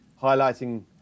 highlighting